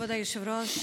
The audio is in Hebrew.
כבוד היושב-ראש,